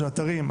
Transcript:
של אתרים,